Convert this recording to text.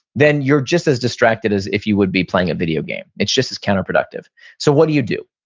then you're just as distracted as if you would be playing a video game. it's just as counterproductive so what do you do?